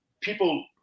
people